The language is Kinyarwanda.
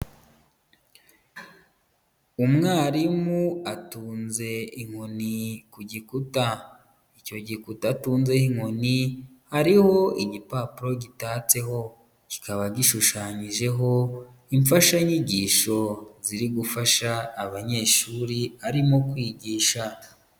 Umwarimu atunze inkoni ku gikuta, icyo gikuta atunzeho inkoni hariho igipapuro gitatseho kikaba gishushanyijeho imfashanyigisho ziri gufasha abanyeshuri arimo kwigisha.